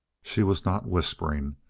she was not whispering,